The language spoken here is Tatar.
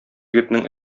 егетнең